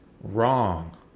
wrong